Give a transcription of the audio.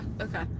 okay